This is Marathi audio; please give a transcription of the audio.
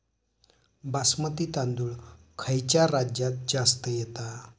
बासमती तांदूळ खयच्या राज्यात जास्त येता?